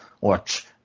watch